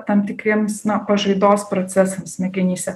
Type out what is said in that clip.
tam tikriems na pažaidos procesams smegenyse